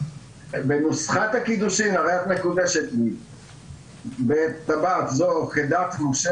בנוסחת הקידושין "הרי את מקודשת לי בטבעת זו כדת משה